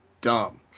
dumb